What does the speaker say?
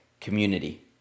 community